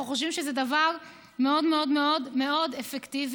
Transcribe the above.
אנחנו חושבים שזה דבר מאוד מאוד מאוד מאוד אפקטיבי.